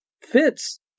Fitz